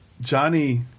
Johnny